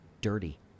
Dirty